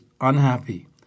unhappy